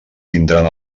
tindran